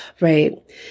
right